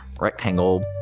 rectangle